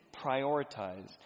prioritize